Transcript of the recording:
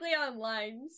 online